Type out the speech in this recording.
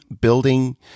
building